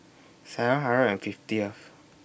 seven hundred and fiftieth